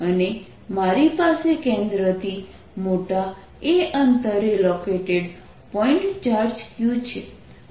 અને મારી પાસે કેન્દ્રથી મોટા a અંતરે લોકેટેડ પોઇન્ટ ચાર્જ q છે